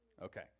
Okay